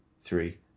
three